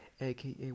aka